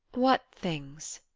what things?